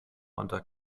unter